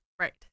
Right